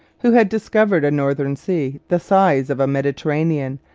who had discovered a northern sea, the size of a mediterranean,